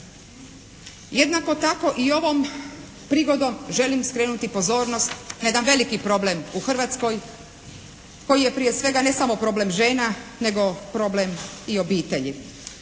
Jednako tako i ovom prigodom želim skrenuti pozornost na jedan veliki problem u Hrvatskoj koji je prije svega ne samo problem žena nego problem i obitelji.